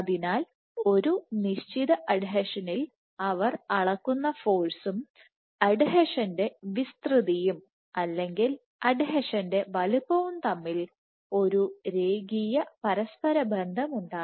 അതിനാൽ ഒരു നിശ്ചിത അഡ്ഹീഷനിൽ അവർ അളക്കുന്ന ഫോഴ്സും അഡ്ഹീഷൻറെ വിസ്തൃതിയും അല്ലെങ്കിൽ അഡ്ഹീഷൻറെ വലുപ്പവും തമ്മിൽ ഒരു രേഖീയ പരസ്പര ബന്ധമുണ്ടായിരുന്നു